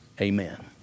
amen